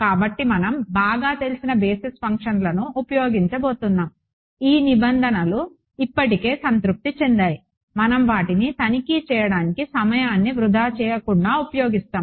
కాబట్టి మనం బాగా తెలిసిన బేసిస్ ఫంక్షన్లను ఉపయోగించబోతున్నాము ఈ నిబంధనలు ఇప్పటికే సంతృప్తి చెందాయి మనం వాటిని తనిఖీ చేయడానికి సమయాన్ని వృథా చేయకుండా ఉపయోగిస్తాము